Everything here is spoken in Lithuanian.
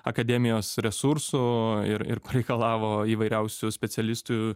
akademijos resursų ir ir reikalavo įvairiausių specialistų